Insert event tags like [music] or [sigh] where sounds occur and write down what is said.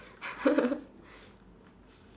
[laughs]